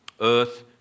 Earth